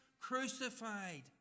crucified